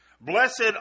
Blessed